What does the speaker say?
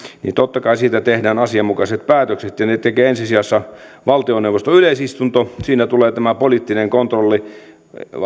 niin totta kai siitä tehdään asianmukaiset päätökset ja ne tekee ensi sijassa valtioneuvoston yleisistunto siinä tulee tämä poliittinen kontrolli